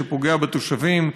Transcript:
שפוגע בתושבים,